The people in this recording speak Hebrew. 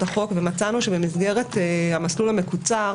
המסלול המקוצר